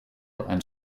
and